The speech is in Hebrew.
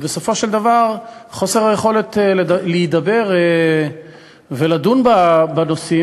ובסופו של דבר חוסר היכולת להידבר ולדון בנושאים,